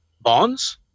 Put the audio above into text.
Bonds